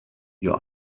your